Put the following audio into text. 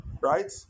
Right